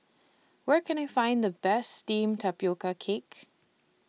Where Can I Find The Best Steamed Tapioca Cake